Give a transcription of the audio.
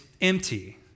empty